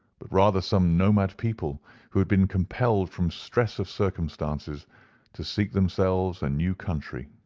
but rather some nomad people who had been compelled from stress of circumstances to seek themselves a new country.